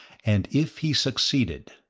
and if he succeeded,